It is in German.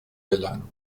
gelang